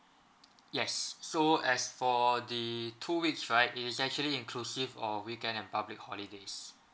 yes so as for the two weeks right it is actually inclusive of weekend and public holidays